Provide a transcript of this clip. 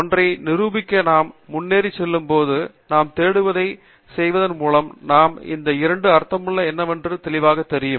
ஒன்றை நிரூபிக்க நாம் முன்னேறிச் செல்லும்போது நாம் தேடுவதைச் செய்வதன் மூலம் நாம் இந்த இரண்டு அர்த்தம் என்னவென்பது தெளிவாகத் தெரியும்